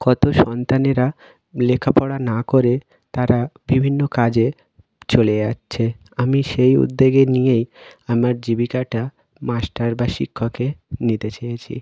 কত সন্তানেরা লেখাপড়া না করে তারা বিভিন্ন কাজে চলে যাচ্ছে আমি সেই উদ্যোগে নিয়েই আমার জীবিকাটা মাস্টার বা শিক্ষকে নিতে চেয়েছি